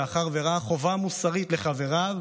מאחר שראה חובה מוסרית לחבריו,